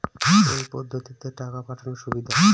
কোন পদ্ধতিতে টাকা পাঠানো সুবিধা?